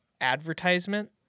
advertisement